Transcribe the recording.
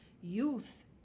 youth